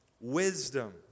wisdom